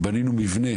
בנינו מבנה